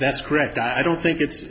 that's correct i don't think it's